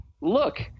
look